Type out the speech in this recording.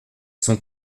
son